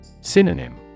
Synonym